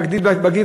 בהגדלה בגיל.